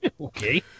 Okay